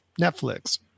Netflix